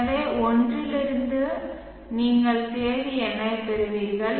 எனவே 1 இலிருந்து நீங்கள் தேதி எண்ணைப் பெறுவீர்கள்